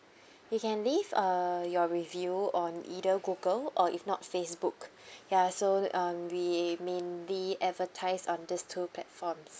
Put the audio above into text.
you can leave uh your review on either google or if not facebook ya so um we mainly advertise on these two platforms